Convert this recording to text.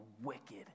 wicked